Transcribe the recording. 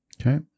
Okay